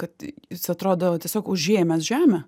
kad jis atrodo tiesiog užėmęs žemę